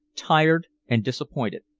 tired and disappointed.